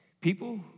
People